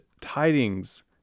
tidings